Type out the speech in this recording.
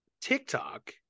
TikTok